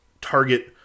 target